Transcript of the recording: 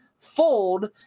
fold